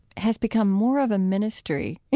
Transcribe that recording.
has become more of a ministry,